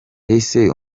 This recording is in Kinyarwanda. ese